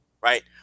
right